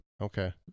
Okay